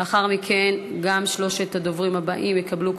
לאחר מכן גם שלושת הדוברים הבאים יקבלו,